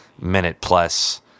minute-plus